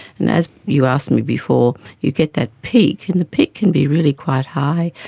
and as you asked me before, you get that peak and the peak can be really quite high,